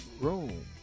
room